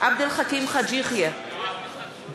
עבד אל חכים חאג' יחיא, בעד